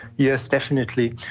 yes, definitely.